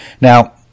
Now